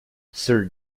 sir